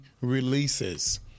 releases